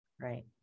Right